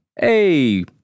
Hey